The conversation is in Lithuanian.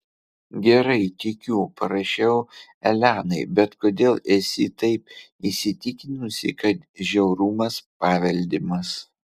gerai tikiu parašiau elenai bet kodėl esi taip įsitikinusi kad žiaurumas paveldimas